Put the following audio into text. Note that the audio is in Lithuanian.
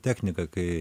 technika kai